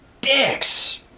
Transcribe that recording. dicks